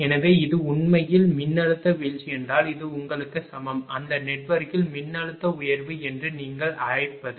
எனவே இது உண்மையில் மின்னழுத்த வீழ்ச்சி என்றால் இது உங்களுக்கு சமம் அந்த நெட்வொர்க்கில் மின்னழுத்த உயர்வு என்று நீங்கள் அழைப்பது